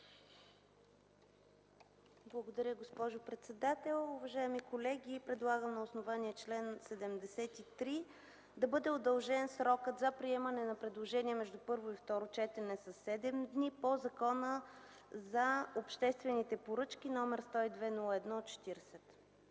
Благодаря, госпожо председател. Уважаеми колеги, предлагам на основание чл. 73 да бъде удължен срокът за приемане на предложения между първо и второ четене със седем дни по Закона за обществените поръчки № 102-01-40.